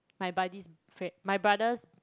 my buddy's good friend my brother's